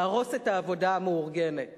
להרוס את העבודה המאורגנת